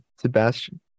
Sebastian